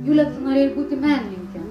julija norėjai būti menininke